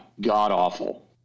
god-awful